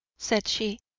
said she.